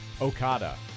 Okada